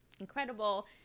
incredible